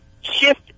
shift